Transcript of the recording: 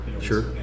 Sure